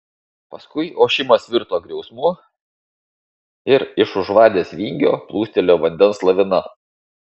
paskui ošimas virto griausmu ir iš už vadės vingio plūstelėjo vandens lavina